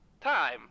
Time